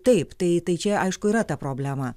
taip tai tai čia aišku yra ta problema